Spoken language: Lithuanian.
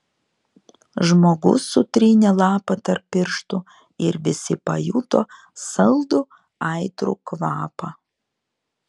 žmogus sutrynė lapą tarp pirštų ir visi pajuto saldų aitrų kvapą